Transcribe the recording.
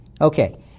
Okay